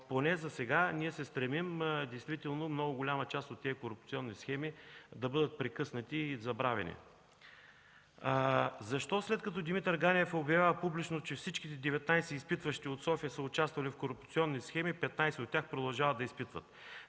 поне засега се стремим действително много голяма част от тези корупционни схеми да бъдат прекъснати и забравени. Защо след като Димитър Ганев обявява публично, че всичките 19 изпитващи от София са участвали в корупционни схеми, 15 от тях продължават да изпитват?